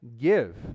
give